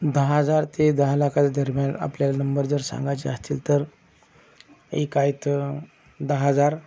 दहा हजार ते दहा लाखाच्या दरम्यान आपला नंबर जर सांगायचा असेल तर एक आहे तर दहा हजार